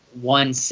one